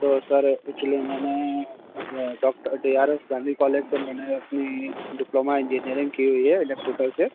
तो sir actually मैंने doctor D R S Gandhi college से मैंने अपनी डिप्लोमा इंजीनियरिंग की हुई है इलेक्ट्रिकल से